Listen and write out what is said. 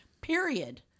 period